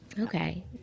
Okay